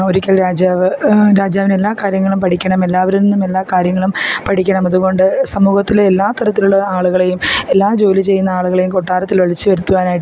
ഒരിക്കൽ രാജാവ് രാജാവിനെല്ലാ കാര്യങ്ങളും പഠിക്കണം എല്ലാവരിൽ നിന്നും എല്ലാ കാര്യങ്ങളും പഠിക്കണം അതു കൊണ്ട് സമൂഹത്തിലെ എല്ലാ തരത്തിലുള്ള ആളുകളെയും എല്ലാ ജോലി ചെയ്യുന്ന ആളുകളെയും കൊട്ടാരത്തിൽ വിളിച്ചു വരുത്തുവാനായിട്ട്